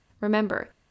Remember